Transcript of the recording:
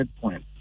point